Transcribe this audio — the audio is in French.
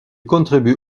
contribue